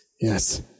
Yes